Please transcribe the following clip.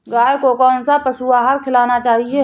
गाय को कौन सा पशु आहार खिलाना चाहिए?